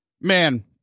Man